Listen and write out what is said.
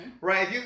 right